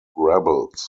rebels